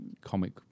comic